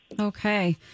Okay